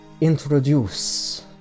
introduce